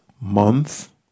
month